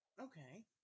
okay